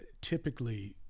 typically